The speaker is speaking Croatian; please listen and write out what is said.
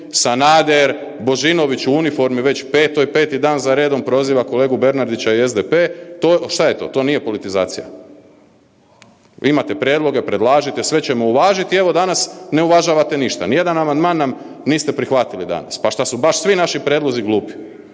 Sanader, Božinović, u uniformi već petoj, 5. dan za redom, proziva kolegu Bernardića i SDP. To je, što je to? To nije politizacija? Imate prijedloge, predlažite, sve ćemo uvažiti, evo danas ne uvažavate ništa. Nijedan amandman nam niste prihvatili danas. Pa što su baš svi naši prijedlozi glupi?